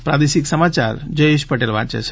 પ્રાદેશિક સમાચાર જયેશ પટેલ વાંચે છે